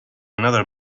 another